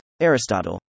Aristotle